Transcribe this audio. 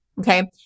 Okay